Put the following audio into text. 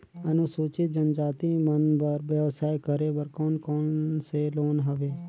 अनुसूचित जनजाति मन बर व्यवसाय करे बर कौन कौन से लोन हवे?